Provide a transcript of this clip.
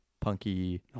punky